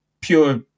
pure